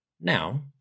Now